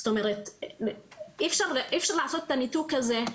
זאת אומרת, אי אפשר לעשות את הניתוק הזה,